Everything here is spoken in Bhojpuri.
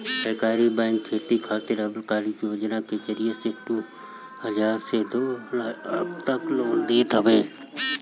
सहकारी बैंक खेती खातिर अल्पकालीन योजना के जरिया से दू हजार से दू लाख तक के लोन देत हवे